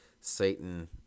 Satan